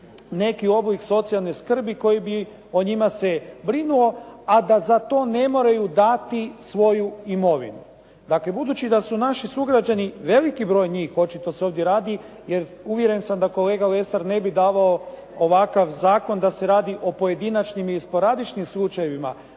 neki oblik socijalne skrbi koji bi o njima se brinuo a da za to ne moraju dati svoju imovinu. Dakle, budući da su naši sugrađani veliki broj njih očito se ovdje radi jer uvjeren sam da kolega Lesar ne bi davao ovakav zakon da se radi o pojedinačnim ili sporadičnim slučajevima